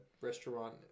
restaurant